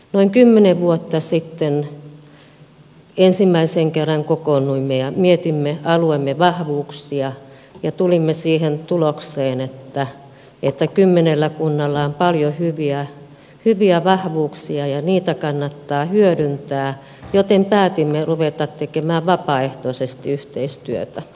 noin kymmenen vuotta sitten ensimmäisen kerran kokoonnuimme ja mietimme alueemme vahvuuksia ja tulimme siihen tulokseen että kymmenellä kunnalla on paljon hyviä vahvuuksia ja niitä kannattaa hyödyntää joten päätimme ruveta tekemään vapaaehtoisesti yhteistyötä